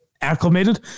Acclimated